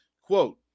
Quote